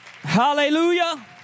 Hallelujah